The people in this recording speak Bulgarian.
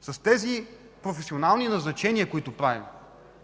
С тези професионални назначения, които правим,